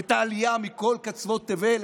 את העלייה מכל קצוות תבל,